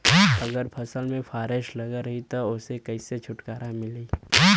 अगर फसल में फारेस्ट लगल रही त ओस कइसे छूटकारा मिली?